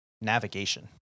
navigation